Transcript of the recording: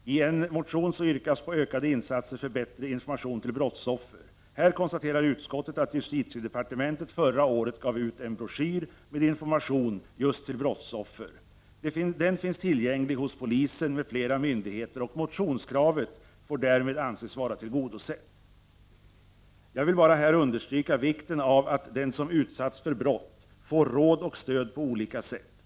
I en motion yrkas på ökade insatser för bättre information till brottsoffer. Här konstaterar utskottet att justitiedepartementet förra året gav ut en broschyr med information just till brottsoffer. Den finns tillgänglig hos polisen m.fl. myndigheter, och motionskravet får därmed anses vara tillgodosett. Jag vill här bara understryka vikten av att den som utsatts för brott får råd och stöd på olika sätt.